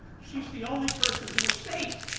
she's the only person who is safe,